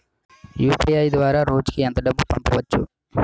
UPI ద్వారా రోజుకి ఎంత డబ్బు పంపవచ్చు?